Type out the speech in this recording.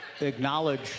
acknowledge